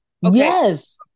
Yes